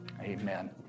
Amen